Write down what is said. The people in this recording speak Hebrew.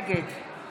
נגד